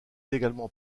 également